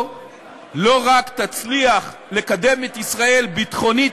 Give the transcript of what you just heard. לא רק תצליח לקדם את ישראל ביטחונית,